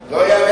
הליכוד.